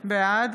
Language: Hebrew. בעד